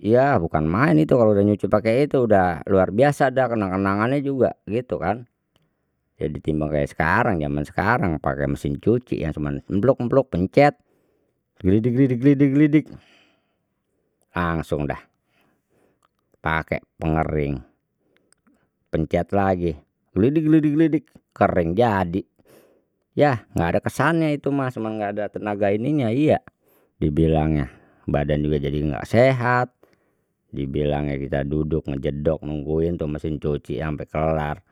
ya bukan main itu kalau udah nyuci pakai itu udah luar biasa da kenang kenangannya juga gitu kan, ya ditimbang kayak sekarang zaman sekarang pakai mesin cuci ya cuma emblok emblok pencet glidik glidik gelitik gelidik, langsung deh pake pengering pencet lagi gelidik gelidik gelidik kering jadi yah enggak ada kesannya itu mah cuma enggak ada tenaga ininya iya, dibilangnya badan juga jadi enggak sehat dibilangnya kita duduk ngejedok nungguin tuh mesin cuci sampai kelar.